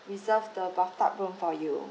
reserve the bathtub room for you